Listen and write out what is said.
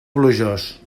plujós